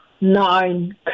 nine